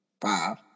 Five